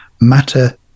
Matter